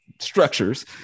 structures